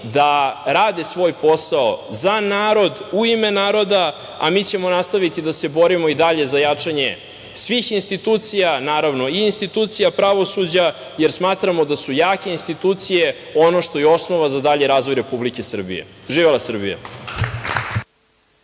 da rade svoj posao za narod, u ime naroda, a mi ćemo nastaviti da se borimo i dalje za jačanje svih institucija, naravno i institucija pravosuđa, jer smatramo da su jake institucije ono što je osnova za dalji razvoj Republike Srbije. Živela Srbija!